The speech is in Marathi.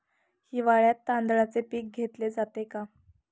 हिवाळ्यात तांदळाचे पीक घेतले जाते का?